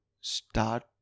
start